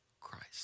Christ